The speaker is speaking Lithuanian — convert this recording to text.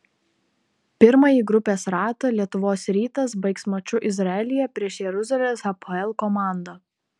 pirmąjį grupės ratą lietuvos rytas baigs maču izraelyje prieš jeruzalės hapoel komandą